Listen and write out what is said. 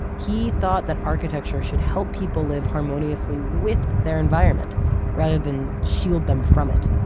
he thought that architecture should help people live harmoniously with their environment rather than shield them from it.